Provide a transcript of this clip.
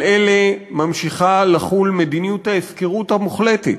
על אלה ממשיכה לחול מדיניות ההפקרות המוחלטת: